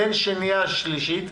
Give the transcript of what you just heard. בין שנייה לשלישית,